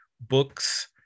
books